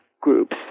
groups